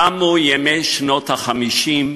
תמו ימי שנות ה-50,